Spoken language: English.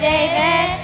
David